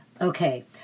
Okay